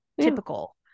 typical